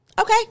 okay